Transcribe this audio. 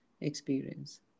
experience